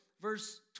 verse